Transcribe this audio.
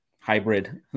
hybrid